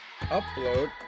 upload